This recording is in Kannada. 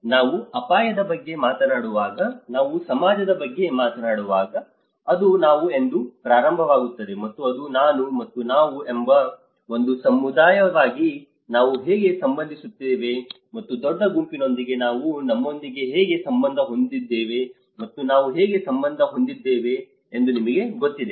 ಆದ್ದರಿಂದ ನಾವು ಅಪಾಯದ ಬಗ್ಗೆ ಮಾತನಾಡುವಾಗ ನಾವು ಸಮಾಜದ ಬಗ್ಗೆ ಮಾತನಾಡುವಾಗ ಅದು ನಾನು ಎಂದು ಪ್ರಾರಂಭವಾಗುತ್ತದೆ ಮತ್ತು ಅದು ನಾನು ಮತ್ತು ನಾವು ಒಂದು ಸಮುದಾಯವಾಗಿ ನಾವು ಹೇಗೆ ಸಂಬಂಧಿಸುತ್ತೇವೆ ಮತ್ತು ದೊಡ್ಡ ಗುಂಪಿನೊಂದಿಗೆ ನಾವು ನಮ್ಮೊಂದಿಗೆ ಹೇಗೆ ಸಂಬಂಧ ಹೊಂದಿದ್ದೇವೆ ಮತ್ತು ನಾವು ಹೇಗೆ ಸಂಬಂಧ ಹೊಂದಿದ್ದೇವೆ ಎಂದು ನಿಮಗೆ ಗೊತ್ತಿದೆ